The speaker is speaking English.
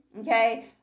okay